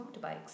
motorbikes